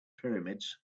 pyramids